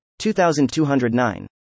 2209